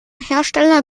hersteller